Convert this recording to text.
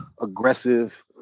aggressive